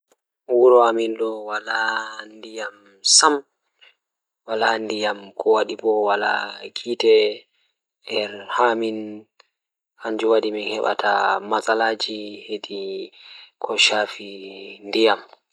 Wuro amin do wala ndiyam sam. wala ndiyam ko wadi bo wala hiite haa amin kanjum wadi min hebata matsalaaji hedi ko shaafi ndiyam